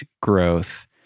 growth